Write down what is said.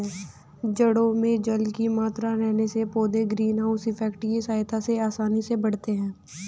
जड़ों में जल की मात्रा रहने से पौधे ग्रीन हाउस इफेक्ट की सहायता से आसानी से बढ़ते हैं